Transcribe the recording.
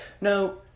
No